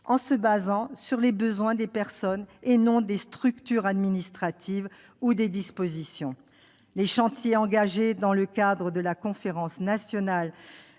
en se basant sur les besoins des personnes et non sur des structures administratives ou des dispositifs. Les chantiers engagés dans le cadre de la conférence nationale